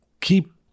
keep